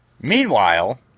Meanwhile